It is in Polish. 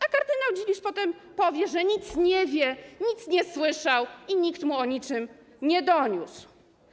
A kardynał Dziwisz potem powie, że nic nie wie, nic nie słyszał i nikt mu o niczym nie doniósł.